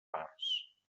parts